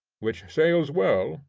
which sails well,